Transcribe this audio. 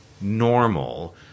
normal